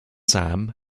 sam